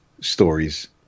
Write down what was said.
stories